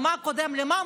מה קודם למה?